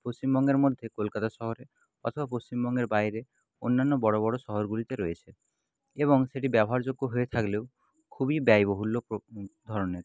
পশ্চিমবঙ্গের মধ্যে কলকাতা শহরে অথবা পশ্চিমবঙ্গের বাইরে অন্যান্য বড়ো বড়ো শহরগুলিতে রয়েছে এবং সেটি ব্যবহারযোগ্য হয়ে থাকলেও খুবই ব্যয়বহুল্য ধরনের